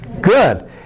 Good